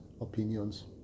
opinions